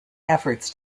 efforts